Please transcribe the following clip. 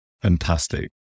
Fantastic